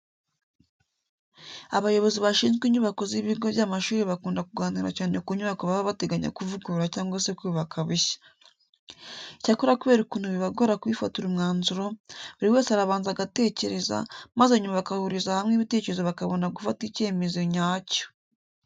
Abayobozi bashinzwe inyubako z'ibigo by'amashuri bakunda kuganira cyane ku nyubako baba bateganya kuvugurura cyangwa se kubaka bushya. Icyakora kubera ukuntu bibagora kubifatira umwanzuro, buri wese arabanza agatekereza, maze nyuma bagahuriza hamwe ibitekerezo bakabona gufata icyemezo nyacyo.